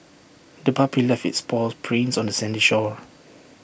the puppy left its paw prints on the sandy shore